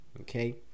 Okay